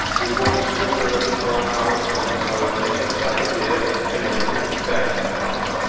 we walked to a village five miles from his home and had supper there in a little back parlour.